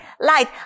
light